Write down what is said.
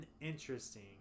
interesting